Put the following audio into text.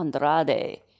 Andrade